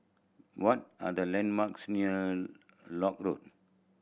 what are the landmarks near Lock Road